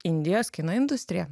indijos kino industriją